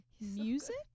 music